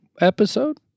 episode